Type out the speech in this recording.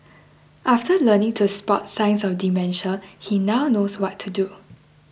after learning to spot signs of dementia he now knows what to do